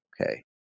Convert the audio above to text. Okay